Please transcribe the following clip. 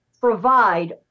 provide